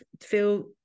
feel